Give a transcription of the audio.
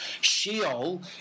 Sheol